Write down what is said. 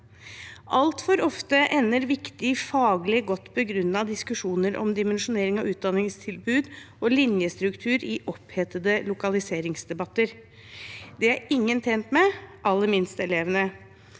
Altfor ofte ender viktige, faglig godt begrunnede diskusjoner om dimensjonering av utdanningstilbud og linjestruktur i opphetede lokaliseringsdebatter. Det er ingen tjent med, aller minst elevene.